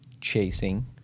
chasing